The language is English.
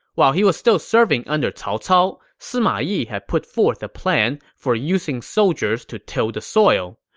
while he was still serving under cao cao, sima yi had put forth a plan for using soldiers to till the soil.